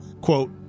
quote